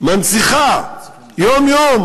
מנציחה יום-יום